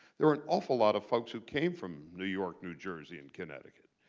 there were an awful lot of folks who came from new york, new jersey, and connecticut.